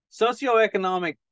socioeconomic